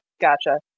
gotcha